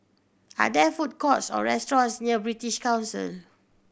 are there food courts or restaurants near British Council